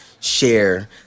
share